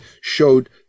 showed